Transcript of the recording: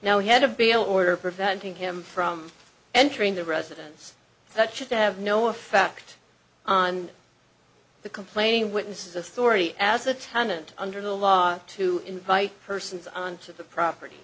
now he had a bail order preventing him from entering the residence that should have no effect on the complaining witness is authority as a tenant under the law to invite persons onto the property